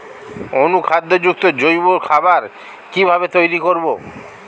অনুখাদ্য যুক্ত জৈব খাবার কিভাবে তৈরি করব?